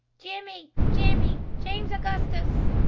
jimmy, jimmy, james augustus!